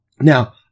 Now